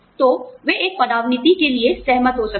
तो वे एक पदावनति के लिए सहमत हो सकते हैं